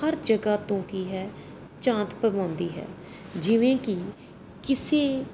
ਹਰ ਜਗ੍ਹਾ ਤੋਂ ਕੀ ਹੈ ਚਾਂਦ ਪਵਾਉਂਦੀ ਹੈ ਜਿਵੇਂ ਕਿ ਕਿਸੇ